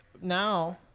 Now